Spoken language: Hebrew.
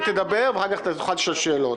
היא תדבר ואחר כך אתה תוכל לשאול שאלות.